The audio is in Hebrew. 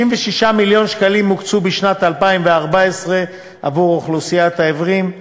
66 מיליון שקלים הוקצו בשנת 2014 לאוכלוסיית העיוורים,